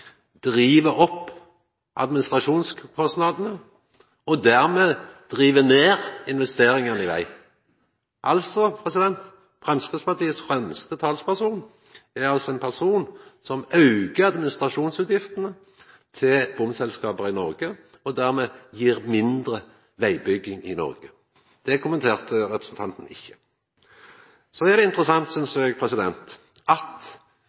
driv opp administrasjonskostnadene og dermed driv ned investeringane i veg. Framstegspartiets fremste talsperson er altså ein person som aukar administrasjonsutgiftene til bomselskapa i Noreg, noko som dermed gjev mindre vegbygging i Noreg. Det kommenterte representanten Hoksrud ikkje. Så synest eg det er interessant at